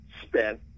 spent